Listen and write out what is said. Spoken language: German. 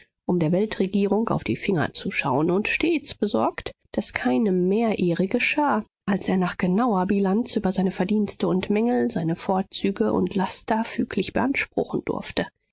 um der weltregierung auf die finger zu schauen und stets besorgt daß keinem mehr ehre geschah als er nach genauer bilanz über seine verdienste und mängel seine vorzüge und laster füglich beanspruchen durfte